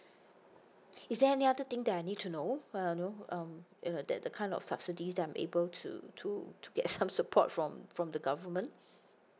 is there any other thing that I need to know you know like the the the kind of subsidies I'm able to to to get some support from from the government